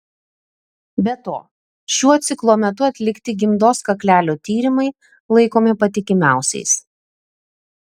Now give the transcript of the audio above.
be to šiuo ciklo metu atlikti gimdos kaklelio tyrimai laikomi patikimiausiais